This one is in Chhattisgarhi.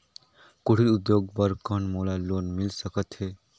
कुटीर उद्योग बर कौन मोला लोन मिल सकत हे?